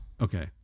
Okay